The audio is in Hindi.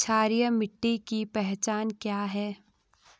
क्षारीय मिट्टी की पहचान क्या है?